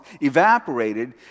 evaporated